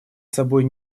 собой